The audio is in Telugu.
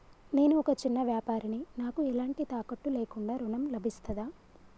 నేను ఒక చిన్న వ్యాపారిని నాకు ఎలాంటి తాకట్టు లేకుండా ఋణం లభిస్తదా?